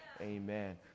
amen